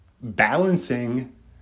Balancing